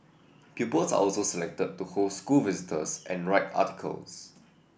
pupils are also selected to host school visitors and write articles